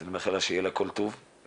אז אני מאחל לה שיהיה לה כול טוב והלוואי